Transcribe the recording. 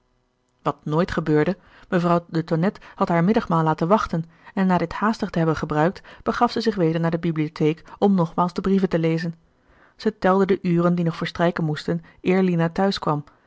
wat nooit gebeurde mevrouw de tonnette had haar middagmaal laten wachten en na dit haastig te hebben gebruikt begaf zij zich weder naar de bibliotheek om nogmaals de brieven te lezen zij telde de uren die nog verstrijken moesten eer